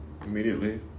Immediately